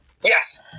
Yes